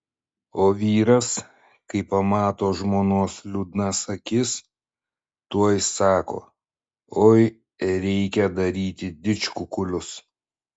o vyras kai pamato žmonos liūdnas akis tuoj sako oi reikia daryti didžkukulius